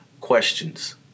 Questions